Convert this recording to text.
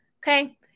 okay